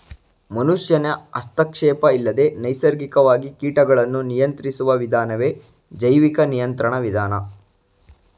ಮನುಷ್ಯನ ಹಸ್ತಕ್ಷೇಪ ಇಲ್ಲದೆ ನೈಸರ್ಗಿಕವಾಗಿ ಕೀಟಗಳನ್ನು ನಿಯಂತ್ರಿಸುವ ವಿಧಾನವೇ ಜೈವಿಕ ನಿಯಂತ್ರಣ ವಿಧಾನ